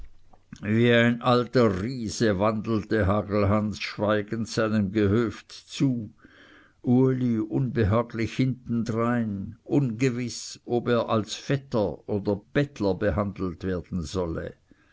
ein alter riese wandelte hagelhans schweigend seinem gehöfte zu uli unbehaglich hintendrein ungewiß ob er als vetter oder bettler behandelt werden solle